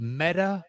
meta